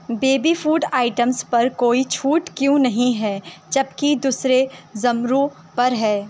baby food items پر کوئی چھوٹ کیوں نہیں ہے جب کہ دوسرے زمروں پر ہے